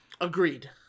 Agreed